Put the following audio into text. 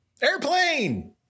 Airplane